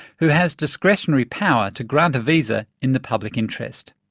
who has discretionary power to grant a visa in the public interest.